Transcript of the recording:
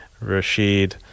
rashid